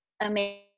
amazing